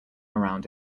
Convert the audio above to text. around